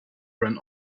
ran